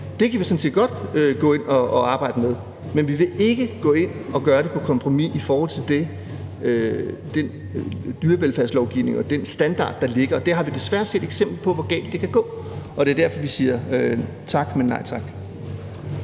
gå ind og arbejde med; men vi vil ikke gå ind og lave et kompromis i forhold til den dyrevelfærdslovgivning og den standard, der ligger. Vi har desværre set eksempler på, hvor galt det kan gå. Det er derfor, vi siger tak, men nej tak.